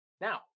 Now